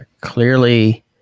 clearly